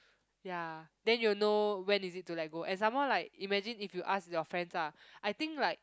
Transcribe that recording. ya then you know when is it to let go and some more like imagine if you ask your friends ah I think like